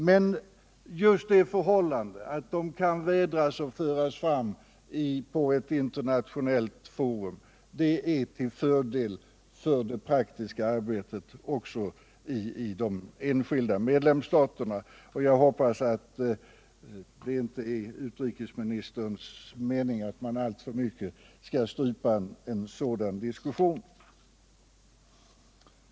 Men just det förhållandet att de kan vädras och föras fram inför ett internationellt forum är till fördel för det praktiska arbetet också i de enskilda medlemsstaterna, och jag hoppas att det inte är utrikesministerns mening att man alltför mycket skall strypa en sådan diskussion.